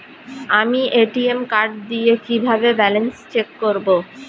আমি ATM card দিয়ে কিভাবে ব্যালেন্স চেক করব?